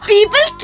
People